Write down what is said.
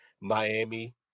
Miami